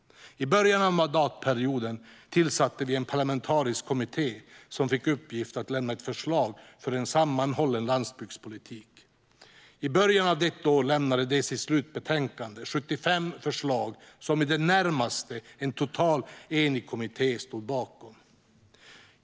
I början av mandatperioden tillsatte vi en parlamentarisk kommitté som fick i uppgift att lämna ett förslag för en sammanhållen landsbygdspolitik. I början av året lämnade de sitt slutbetänkande med 75 förslag, som en i det närmaste totalt enig kommitté stod bakom.